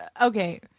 okay